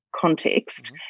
context